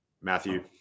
Matthew